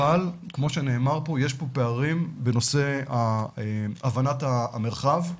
אבל, כמו שנאמר פה, יש פה פערים בנושא הבנת המרחב,